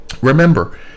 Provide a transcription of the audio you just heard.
Remember